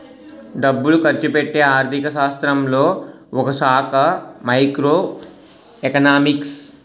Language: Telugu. డబ్బులు ఖర్చుపెట్టే ఆర్థిక శాస్త్రంలో ఒకశాఖ మైక్రో ఎకనామిక్స్